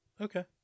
Okay